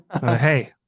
Hey